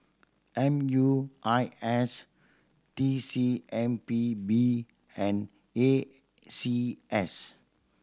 M U I S T C M P B and A C S